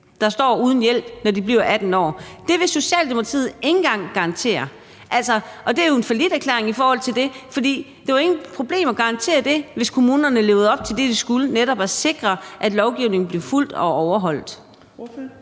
der står uden hjælp, når de bliver 18 år. Det vil Socialdemokratiet ikke engang garantere, og det er jo en falliterklæring i forhold til det, for det ville jo ikke være noget problem at garantere det, hvis kommunerne levede op til det, de skulle, nemlig at sikre, at lovgivningen blev fulgt og overholdt.